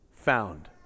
found